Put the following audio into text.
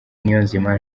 niyonzima